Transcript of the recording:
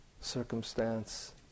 circumstance